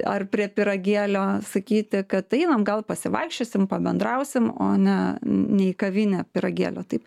ar prie pyragėlio sakyti kad einam gal pasivaikščiosim pabendrausim o ne ne į kavinę pyragėlio taip